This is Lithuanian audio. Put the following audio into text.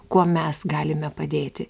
kuo mes galime padėti